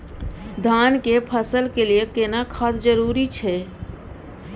धान के फसल के लिये केना खाद जरूरी छै?